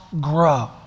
grow